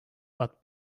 but